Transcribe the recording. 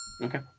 Okay